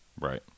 right